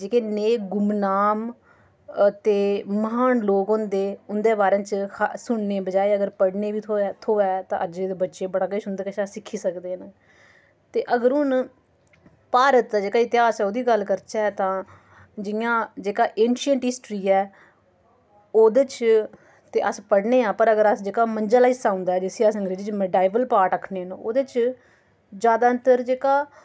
जेह्के नेह् गुमनाम ते महान लोग होंदे उं'दे बारे च सुनने दे बजाए अगर पढ़ने गी बी थ्होऐ तां अज्जै दे बच्चे बड़ा किश उं'दे कोला दा सिक्खी सकदे न ते अगर हून भारत दा जेह्का इतिहास ऐ ओह्दी गल्ल करचै तां जि'यां जेह्का ऐन्शन्ट हिस्ट्री ऐ ओह्दे च ते अस पढ़ने आं पर अगर अस जेह्का मंझला हिस्सा औंदा ऐ जिसी अस अंग्रेजी च मिडाइवल पार्ट आखने ओह्दे च जादातर जेह्का